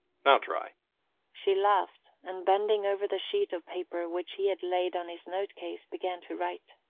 now try she laughed, and bending over the sheet of paper which he had laid on his note-case, began to write.